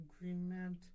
Agreement